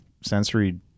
sensory